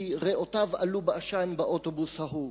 כי ריאותיו עלו בעשן באוטובוס ההוא.